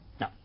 No